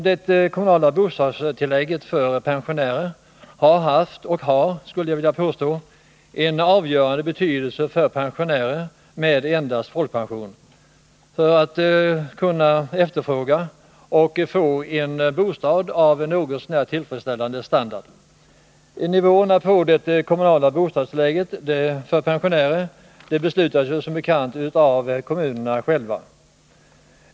Det kommunala bostadstillägget för pensionärer har haft och har, skulle jag vilja påstå, en avgörande betydelse för att pensionärer med endast folkpension skall kunna efterfråga och få en bostad av något så när tillfredsställande standard. Nivåerna på det kommunala bostadstillägget för pensionärer beslutas som bekant av kommunerna själva.